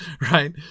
Right